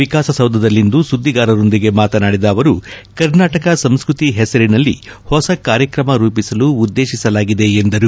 ವಿಕಾಸಸೌಧದಲ್ಲಿಂದು ಸುದ್ದಿಗಾರರೊಂದಿಗೆ ಮಾತನಾಡಿದ ಅವರು ಕರ್ನಾಟಕ ಸಂಸ್ಕೃತಿ ಹೆಸರಿನಲ್ಲಿ ಹೊಸ ಕಾರ್ಯಕ್ರಮ ರೂಪಿಸಲು ಉದ್ದೇಶಿಸಲಾಗಿದೆ ಎಂದರು